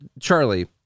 Charlie